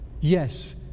Yes